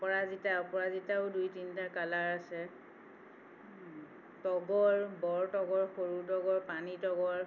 অপৰাজিতা অপৰাজিতাও দুই তিনটা কালাৰ আছে তগৰ বৰ তগৰ সৰু তগৰ পানী তগৰ